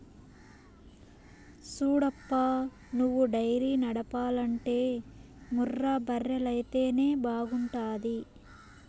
సూడప్పా నువ్వు డైరీ నడపాలంటే ముర్రా బర్రెలైతేనే బాగుంటాది